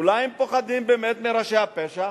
אולי הם פוחדים באמת מראשי הפשע?